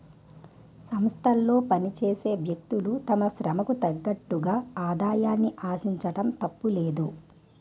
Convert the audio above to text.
సంస్థలో పనిచేసే వ్యక్తులు తమ శ్రమకు తగ్గట్టుగా ఆదాయాన్ని ఆశించడం తప్పులేదు